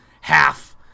half